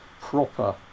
proper